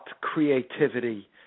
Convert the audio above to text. creativity